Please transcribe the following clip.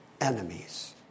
enemies